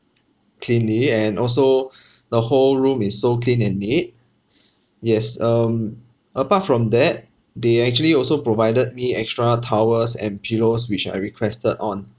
cleanly and also the whole room is so clean and neat yes um apart from that they actually also provided me extra towels and pillows which I requested on